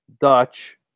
Dutch